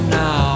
now